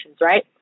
Right